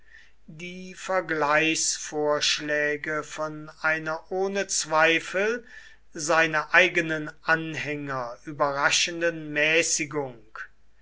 die vergleichsvorschläge von einer ohne zweifel seine eigenen anhänger überraschenden mäßigung